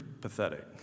pathetic